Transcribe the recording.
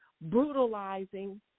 brutalizing